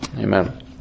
Amen